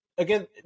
Again